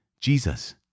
Jesus